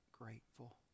grateful